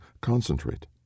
concentrate